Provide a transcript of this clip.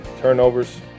turnovers